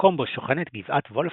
המקום בו שוכנת גבעת וולפסון,